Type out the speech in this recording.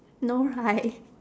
no right